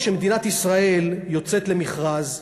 כשמדינת ישראל יוצאת למכרז,